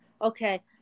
okay